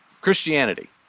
christianity